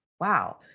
wow